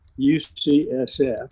UCSF